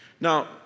Now